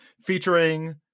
featuring